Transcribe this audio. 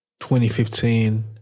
2015